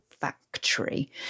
factory